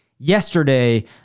yesterday